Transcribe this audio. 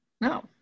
No